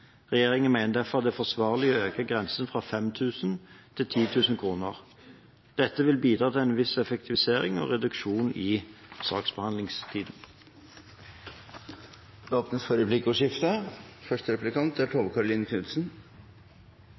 Regjeringen mener derfor det er forsvarlig å øke grensen fra 5 000 kr til 10 000 kr. Dette vil bidra til en viss effektivisering og reduksjon av saksbehandlingstiden. Det blir replikkordskifte. Arbeiderpartiet er